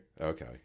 Okay